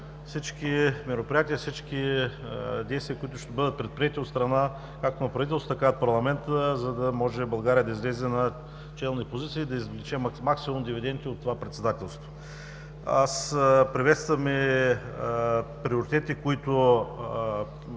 Аз приветствам и приоритетите, които